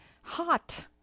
hot